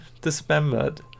dismembered